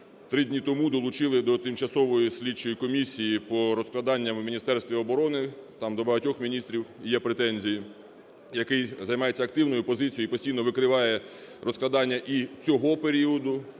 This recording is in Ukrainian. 3 дні тому долучили до тимчасової слідчої комісії по розкраданням у Міністерстві оборони, там до багатьох міністрів є претензії, який займається активною позицію і постійно викриває розкрадання і цього періоду,